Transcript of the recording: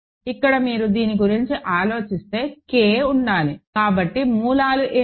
ఇక్కడ మీరు దీని గురించి ఆలోచిస్తే K ఉండాలి కాబట్టి మూలాలు ఏమిటి